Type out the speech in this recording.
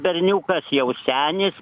berniukas jau senis